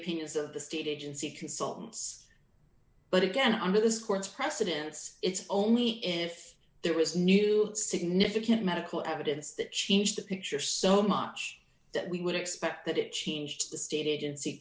opinions of the state agency consultants but again under this court's precedents it's only if there is new significant medical evidence that changed the picture so much that we would expect that it changed the state agency